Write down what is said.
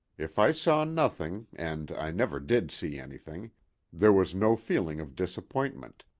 if i saw nothing and i never did see anything there was no feeling of disappointment,